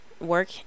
work